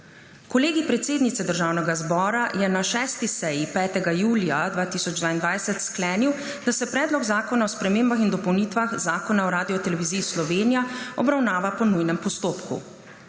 Kolegij predsednice Državnega zbora je na 6. seji 5. julija 2022 sklenil, da se Predlog zakona o spremembah in dopolnitvah Zakona o Radioteleviziji Slovenija obravnava po nujnem postopku.